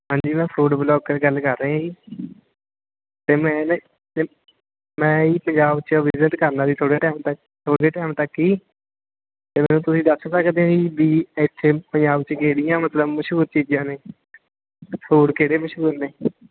ਹਾਂਜੀ ਮੈਂ food vlogger ਗੱਲ ਕਰ ਰਿਹਾਂ ਜੀ ਅਤੇ ਮੈਂ ਨਾ ਅਤੇ ਮੈਂ ਜੀ ਪੰਜਾਬ 'ਚ ਵਿਜਿਟ ਕਰਨਾ ਜੀ ਥੋੜ੍ਹੇ ਟਾਈਮ ਤੱਕ ਥੋੜ੍ਹੇ ਟਾਈਮ ਤੱਕ ਜੀ ਅਤੇ ਫਿਰ ਤੁਸੀਂ ਦੱਸ ਸਕਦੇ ਏ ਵੀ ਇੱਥੇ ਪੰਜਾਬ 'ਚ ਕਿਹੜੀਆਂ ਮਤਲਬ ਮਸ਼ਹੂਰ ਚੀਜ਼ਾਂ ਨੇ ਫੂਡ ਕਿਹੜੇ ਮਸ਼ਹੂਰ ਨੇ